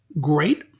great